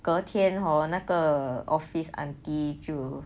隔天 hor 那个 office aunty 就